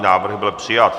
Návrh byl přijat.